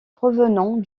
provenant